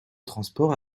transport